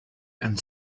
and